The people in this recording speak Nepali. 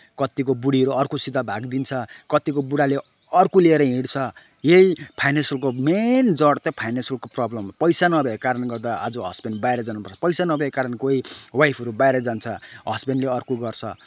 कत्तिको बुढीहरू अर्कोसित भागिदिन्छ कत्तिको बुढाले अर्को लिएर हिँड्छ यही फाइनेनसियलको मेन जड चाहिँ फाइनेन्सको प्रब्लम हो पैसा नभएको कारणले गर्दा आज हस्बेन्ड बाहिर जानुपर्छ पैसा नभएको कारण कोही वाइफहरू बाहिर जान्छ हस्बेन्डले अर्को गर्छ